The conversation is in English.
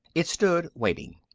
it stood, waiting.